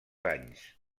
anys